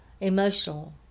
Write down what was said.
emotional